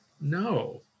No